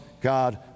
God